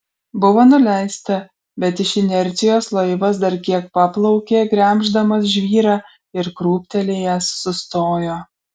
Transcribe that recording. buvo nuleista bet iš inercijos laivas dar kiek paplaukė gremždamas žvyrą ir krūptelėjęs sustojo